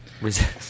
Resist